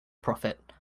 prophet